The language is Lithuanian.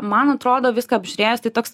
man atrodo viską apžiūrėjus tai toks